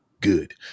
good